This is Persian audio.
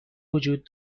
وجود